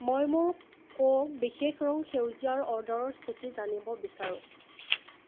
মই মোৰ ক'ক বিশেষ ৰং সেউজীয়াৰ অৰ্ডাৰৰ স্থিতি জানিব বিচাৰোঁ